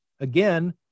Again